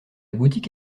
boutique